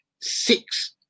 six